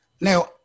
Now